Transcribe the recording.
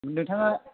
नोंथाङा